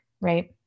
right